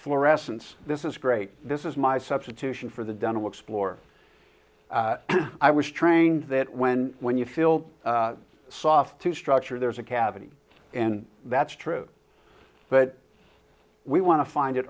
fluorescents this is great this is my substitution for the dental explorer i was trained that when when you fill soft to structure there's a cavity and that's true but we want to find it